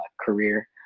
career